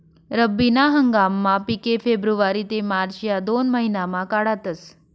रब्बी ना हंगामना पिके फेब्रुवारी ते मार्च या दोन महिनामा काढातस